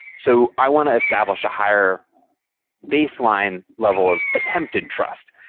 so i want to establish a higher baseline level of attempted trust,